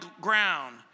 ground